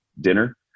dinner